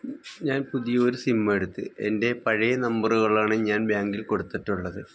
ഞാൻ പുതിയൊരു സിം എടുത്ത് എൻ്റെ പഴയ നമ്പറുകളാണ് ഞാൻ ബാങ്കിൽ കൊടുത്തിട്ടുള്ളത്